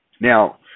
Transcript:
Now